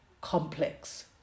complex